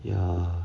ya